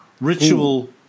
ritual